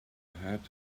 ahead